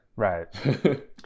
right